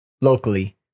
locally